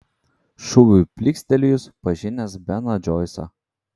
šūviui plykstelėjus pažinęs beną džoisą